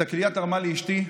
את הכליה תרמה לי אשתי,